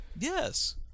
Yes